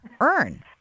earn